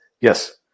Yes